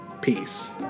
Peace